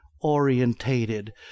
orientated